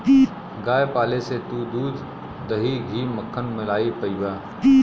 गाय पाले से तू दूध, दही, घी, मक्खन, मलाई पइबा